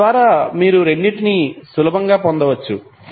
దీని ద్వారా మీరు రెండింటినీ సులభంగా పోల్చవచ్చు